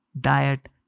diet